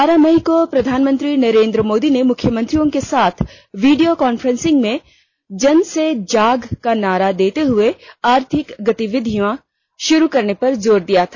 बारह मई को प्रधानमंत्री नरेंद्र मोदी ने मुख्यमंत्रियों के साथ वीडियो कांफ्रेंसिंग में जन से जग का नारा देते हुए आर्थिक गतिविधियां शुरू करने पर जोर दिया था